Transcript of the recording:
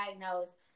diagnosed